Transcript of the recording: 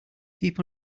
peep